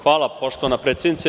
Hvala, poštovana predsednice.